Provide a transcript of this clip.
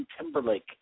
Timberlake